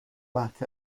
back